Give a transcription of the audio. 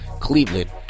Cleveland